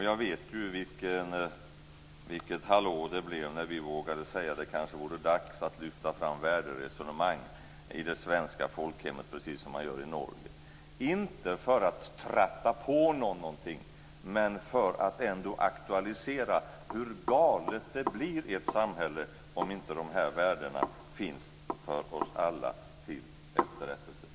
Jag vet ju vilket hallå det blev när vi vågade säga: Det kanske vore dags att lyfta fram värderesonemang i det svenska folkhemmet precis som man gör i Norge - inte för att pracka på någon någonting, men för att ändå aktualisera hur galet det blir i ett samhälle om inte de här värdena finns för oss alla till efterrättelse.